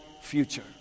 future